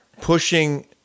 Pushing